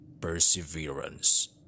Perseverance